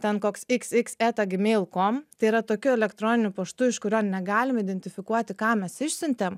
ten koks iks iks eta gmeil kom tai yra tokiu elektroniniu paštu iš kurio negalime identifikuoti kam mes išsiuntėm